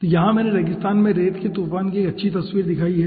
तो यहाँ मैंने रेगिस्तान में रेत के तूफान की एक अच्छी तस्वीर दिखाई है